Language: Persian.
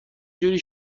جوری